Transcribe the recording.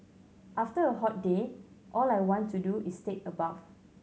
after a hot day all I want to do is take a bath